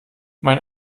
mein